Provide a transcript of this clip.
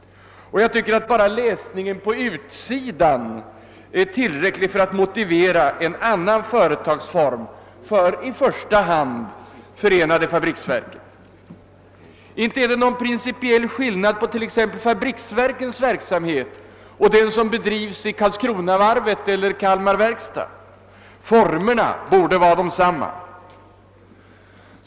Jag tycker att redan utsidan är tillräcklig för att motivera en annan företagsform för i första hand förenade fabriksverken. Inte är det någon principiell skillnad mellan t.ex. fabriksverkens verksamhet och den som bedrivs vid Karlskronavarvet elier Kalmar verkstad, och formerna borde vara desamma.